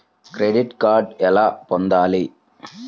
Credit card ఎలా పొందాలి?